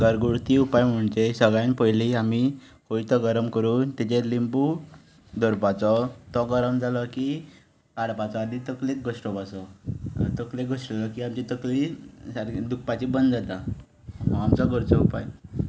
घरगुती उपाय म्हणजे सगळ्यांत पयलीं आमी कोयतो गरम करून तेचेर लिंबू धरपाचो तो गरम जालो की काडपाचो आनी तकलेक घश्टुपाचो तकलेक घश्टून जातकीच आमची तकली सारकी दुखपाची बंद जाता हो आमचो घरचो उपाय